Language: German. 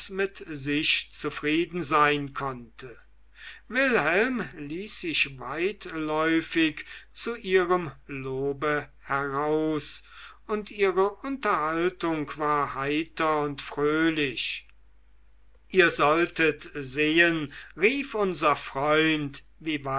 mit sich zufrieden sein konnte wilhelm ließ sich weitläufig zu ihrem lobe heraus und ihre unterhaltung war heiter und fröhlich ihr solltet sehen rief unser freund